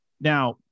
Now